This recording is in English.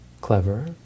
clever